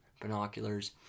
binoculars